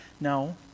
No